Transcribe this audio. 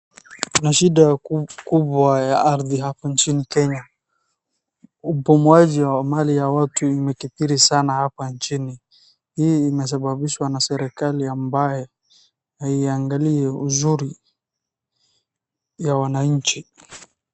Mashinda kubwa ya ardhi hapa ncini kenya, ubomoaji ya mali ya watu imekithiri sana hapa nchini. Hii imesababishwa na serikali ambayo haingalii uzuri ya wananchi.